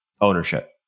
ownership